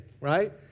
right